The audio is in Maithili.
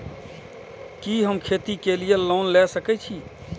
कि हम खेती के लिऐ लोन ले सके छी?